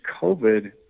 COVID